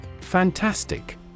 Fantastic